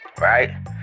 Right